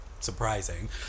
surprising